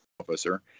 officer